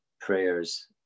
prayers